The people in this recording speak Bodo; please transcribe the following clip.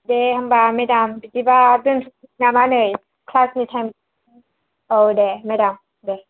दे होनबा मेदाम बिदिब्ला दोननोसै नामा नै क्लास नि टाइम औ दे मेदाम दे